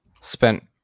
spent